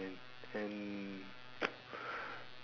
and